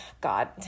god